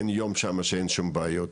אין יום שמה שאין שם בעיות,